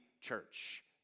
church